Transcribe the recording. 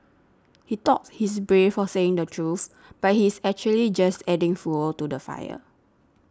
he thought he's brave for saying the truth but he's actually just adding fuel to the fire